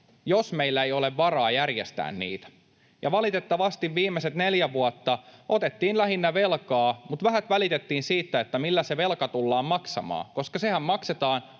jos meillä ei ole varaa järjestää niitä, ja valitettavasti viimeiset neljä vuotta otettiin lähinnä velkaa mutta vähät välitettiin siitä, millä se velka tullaan maksamaan, koska sehän maksetaan